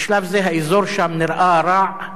בשלב זה האזור שם נראה רע,